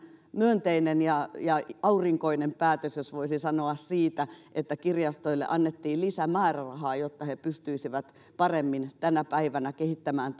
myönteinen ja ja aurinkoinen päätös jos niin voisi sanoa että kirjastoille annettiin lisämäärärahaa jotta ne pystyisivät paremmin tänä päivänä kehittämään